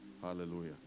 Hallelujah